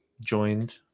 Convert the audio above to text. joined